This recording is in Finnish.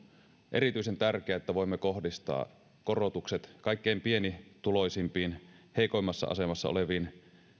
erityisen tärkeää että voimme kohdistaa korotukset kaikkein pienituloisimpiin heikoimmassa asemassa oleviin